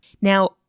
Now